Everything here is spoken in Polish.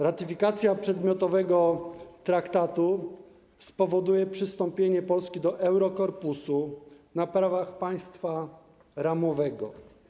Ratyfikacja przedmiotowego traktatu spowoduje przystąpienie Polski do Eurokorpusu na prawach państwa ramowego.